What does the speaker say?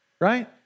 right